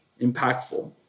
impactful